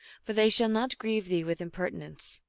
for they shall not grieve thee with imperti nence.